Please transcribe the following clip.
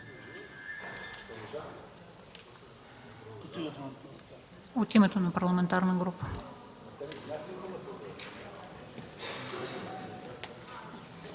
От името на парламентарна група